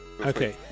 Okay